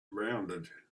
rounded